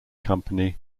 company